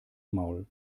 maul